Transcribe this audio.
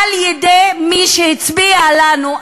על-ידי מי שהצביע לנו,